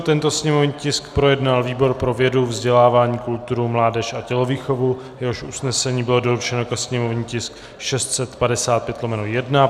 Tento sněmovní tisk projednal výbor pro vědu, vzdělávání, kulturu, mládež a tělovýchovu, jehož usnesení bylo doručeno jako sněmovní tisk 655/1.